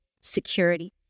security